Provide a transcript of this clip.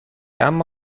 اما